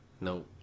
No